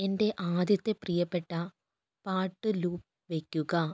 എന്റെ ആദ്യത്തെ പ്രിയപ്പെട്ട പാട്ട് ലൂപ്പ് വെയ്ക്കുക